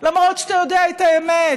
למרות שאתה יודע את האמת,